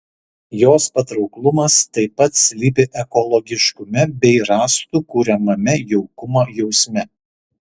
jos patrauklumas taip pat slypi ekologiškume bei rąstų kuriamame jaukumo jausme